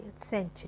century